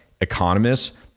Economists